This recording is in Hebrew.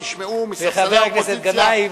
אתה מודה לאופוזיציה,